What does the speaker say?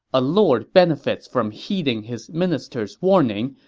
a lord benefits from heeding his minister's warning,